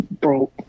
Bro